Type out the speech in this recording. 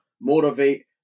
motivate